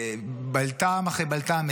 בלת"ם אחרי בלת"ם,